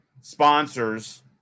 sponsors